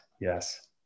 yes